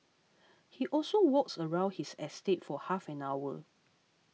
he also walks around his estate for half an hour